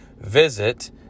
visit